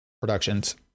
productions